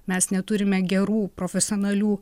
mes neturime gerų profesionalių